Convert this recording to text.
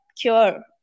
cure